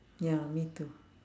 ya me too